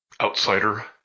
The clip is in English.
Outsider